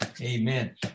Amen